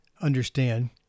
understand